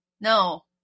no